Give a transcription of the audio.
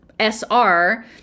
SR